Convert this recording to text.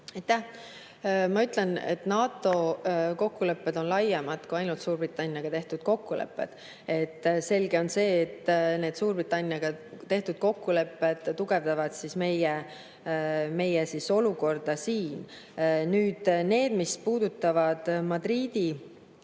Ma ütlen, et NATO kokkulepped on laiemad kui ainult Suurbritanniaga tehtud kokkulepped. Selge on see, et need Suurbritanniaga tehtud kokkulepped tugevdavad meie olukorda siin. Nüüd, mis puudutab Madridi